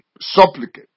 supplicate